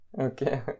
Okay